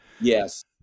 Yes